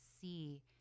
see